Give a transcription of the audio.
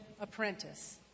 Apprentice